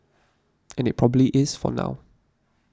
and it probably is for now